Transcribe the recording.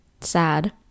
sad